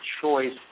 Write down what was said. choice